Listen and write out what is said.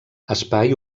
espai